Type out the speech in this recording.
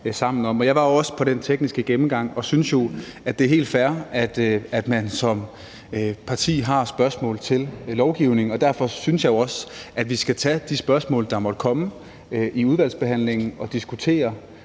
med ved den tekniske gennemgang og synes jo, at det er helt fair, at man som parti har spørgsmål til lovgivningen, og derfor synes jeg jo også, at vi skal tage de spørgsmål, der måtte komme, i udvalgsbehandlingen og diskutere